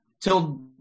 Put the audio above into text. till